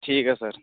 ठीक ऐ सर